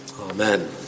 amen